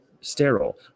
sterile